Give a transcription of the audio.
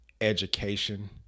education